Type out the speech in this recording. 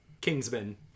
kingsman